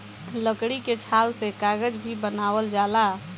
लकड़ी के छाल से कागज भी बनावल जाला